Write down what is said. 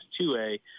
2A